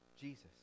Jesus